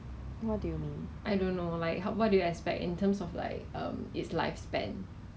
then they sell it for one dollar or two dollars I forget already I think is one dollar